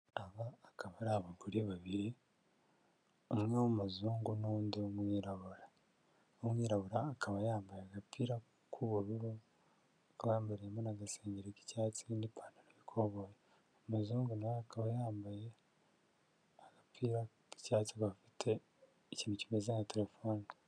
Aba akaba ari abagore babiri, umwe w'umuzungu, n'undi w'umwirabura, uw'umwirabura akaba yambaye agapira k'ubururu, akaba yambariyemo n'agasengeri k'icyatsi, n'ipantaro y'ikoboyi, umuzungu nawe akaba yambaye agapira k'icyatsi, gafite ikintu kimeze nka telefone.